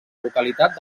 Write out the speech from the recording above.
localitat